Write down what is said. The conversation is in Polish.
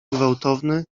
gwałtowny